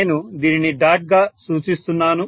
నేను దీనిని డాట్ గా సూచిస్తున్నాను